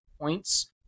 points